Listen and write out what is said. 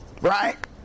Right